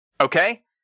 okay